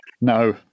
no